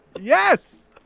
Yes